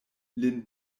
lin